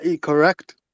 Correct